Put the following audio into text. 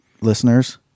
listeners